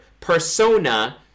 Persona